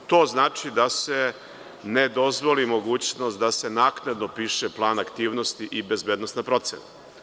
To znači da se ne dozvoli mogućnost da se naknadno piše plan aktivnosti i bezbednosna procena.